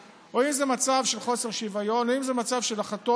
או אם זה במצב של חוסר שוויון או אם זה במצב של החלטות